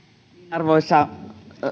arvoisa